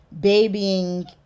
babying